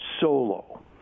solo